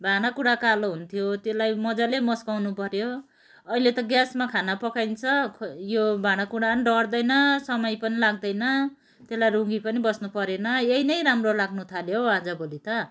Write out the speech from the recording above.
भाँडाकुँडा कालो हुन्थ्यो त्यसलाई मजाले मस्काउनु पऱ्यो अहिले त ग्यासमा खाना पकाइन्छ खोइ यो भाँडाकुँडा नि डढ्दैन समय पनि लाग्दैन त्यसलाई रुँगी पनि बस्नु परेन यही नै राम्रो लाग्नु थाल्यो हौ आजभोलि त